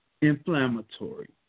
inflammatory